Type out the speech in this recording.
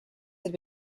had